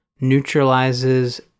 Neutralizes